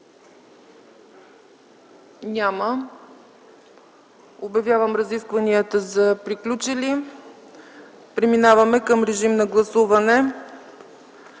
Няма. Обявявам разискванията за приключили. Преминаваме към гласуване